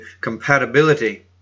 compatibility